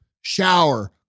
shower